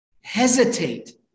hesitate